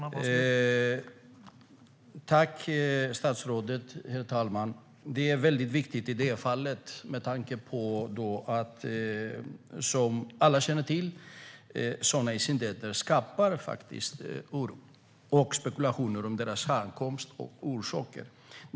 Herr talman! Tack, statsrådet! Det är viktigt i detta fall. Som alla känner till skapar sådana incidenter spekulationer om härkomst och orsaker.